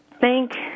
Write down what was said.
thank